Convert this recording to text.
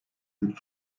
büyük